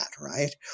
right